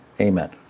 Amen